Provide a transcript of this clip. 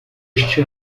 este